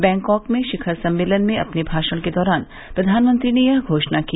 Bangkok में शिखर सम्मेलन में अपने भाषण के दौरान प्रधानमंत्री ने यह घोषणा की